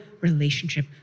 relationship